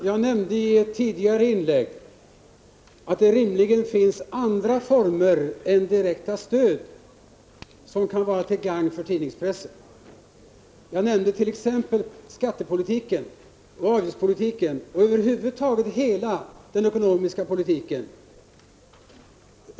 Herr talman! I ett tidigare inlägg nämnde jag att det rimligen finns andra former än direkta stöd som kan vara till gagn för tidningspressen. Jag nämnde skattepolitiken, avgiftspolitiken och hela den ekonomiska politiken.